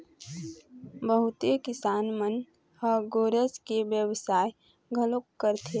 बहुते किसान मन ह गोरस के बेवसाय घलोक करथे